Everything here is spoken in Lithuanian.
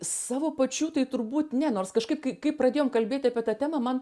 savo pačių tai turbūt ne nors kažkaip kai kai pradėjom kalbėti apie tą temą man